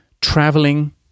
traveling